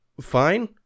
fine